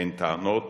הן טענות